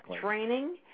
training